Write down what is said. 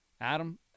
Adam